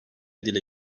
dile